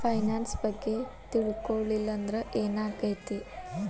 Finance ಬಗ್ಗೆ ತಿಳ್ಕೊಳಿಲ್ಲಂದ್ರ ಏನಾಗ್ತೆತಿ?